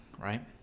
right